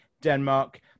denmark